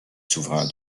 souverains